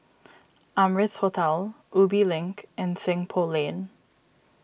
Amrise Hotel Ubi Link and Seng Poh Lane